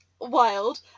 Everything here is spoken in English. wild